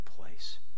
place